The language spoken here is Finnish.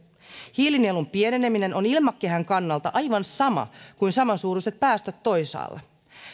hiilinielun pieneneminen on ilmakehän kannalta aivan sama kuin samansuuruiset päästöt toisaalla